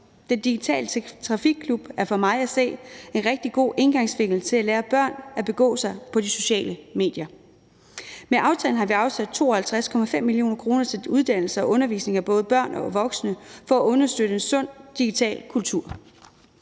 Den digitale trafikklub er for mig at se en rigtig god indgangsvinkel til at lære børn at begå sig på de sociale medier. Med aftalen har vi afsat 52,5 mio. kr. til uddannelse og undervisning af både børn og voksne for at understøtte en sund digital kultur.